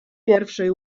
pierwszej